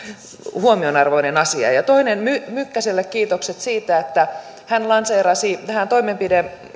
huomionarvoinen asia ja toiseksi mykkäselle kiitokset siitä että hän lanseerasi tähän